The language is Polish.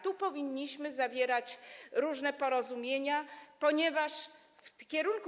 Tu powinniśmy zawierać różne porozumienia, ponieważ w kierunku.